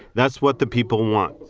that's what the people want.